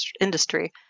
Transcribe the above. industry